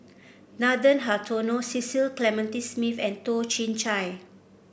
Nathan Hartono Cecil Clementi Smith and Toh Chin Chye